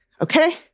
Okay